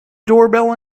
doorbell